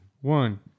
one